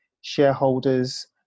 shareholders